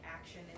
action